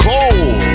Cold